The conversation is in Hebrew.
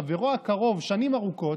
חברו הקרוב שנים ארוכות,